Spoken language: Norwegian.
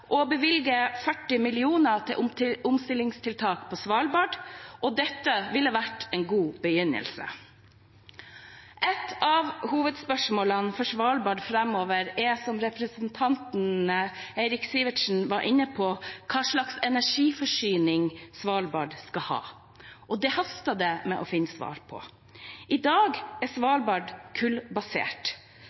å bevilge 40 mill. kr til omstillingstiltak på Svalbard. Dette ville vært en god begynnelse. Et av hovedspørsmålene for Svalbard framover er, som representanten Eirik Sivertsen var inne på, hva slags energiforsyning Svalbard skal ha. Det haster det med å finne svar på. I dag er Svalbard